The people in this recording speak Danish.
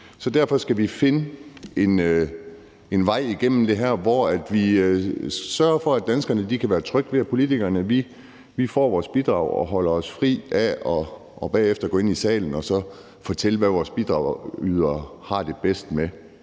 Så derfor skal vi finde en vej igennem det her, hvor vi sørger for, at danskerne kan være trygge ved, at vi politikere får vores bidrag og holder os fri af bagefter at gå ind i salen og fortælle, hvad vores bidragydere har det bedst med,